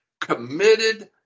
committed